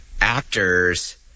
actors